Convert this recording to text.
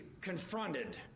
confronted